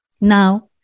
Now